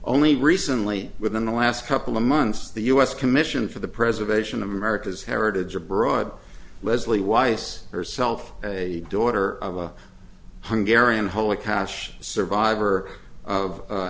only recently within the last couple of months the us commission for the preservation of america's heritage abroad leslie weiss herself a daughter of a hunger arion whole akash survivor of